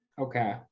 Okay